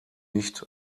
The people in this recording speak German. nicht